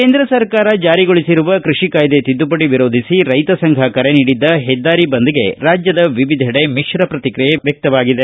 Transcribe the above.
ಕೇಂದ್ರ ಸರ್ಕಾರ ಜಾರಿಗೊಳಿಸಿರುವ ಕೃಷಿ ಕಾಯದೆ ತಿದ್ದುಪಡಿ ವಿರೋಧಿಸಿ ರೈತ ಸಂಘ ಕರೆ ನೀಡಿದ್ದ ಹೆದ್ದಾರಿ ಬಂದ್ಗೆ ರಾಜ್ಯದ ವಿವಿಧೆಡೆ ಮಿತ್ತ ಪ್ರತಿಕ್ರಿಯೆ ವ್ಯಕ್ತವಾಗಿದೆ